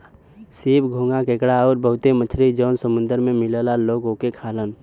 सीप, घोंघा केकड़ा आउर बहुते मछरी जौन समुंदर में मिलला लोग ओके खालन